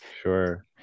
sure